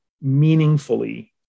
meaningfully